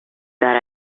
that